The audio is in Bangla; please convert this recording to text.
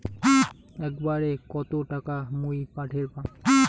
একবারে কত টাকা মুই পাঠের পাম?